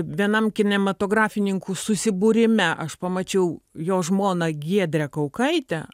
vienam kinematografininkų susibūrime aš pamačiau jo žmoną giedrę kaukaitę